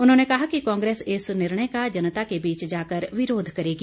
उन्होंने कहा कि कांग्रेस इस निर्णय का जनता के बीच जाकर विरोध करेगी